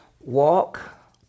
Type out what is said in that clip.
walk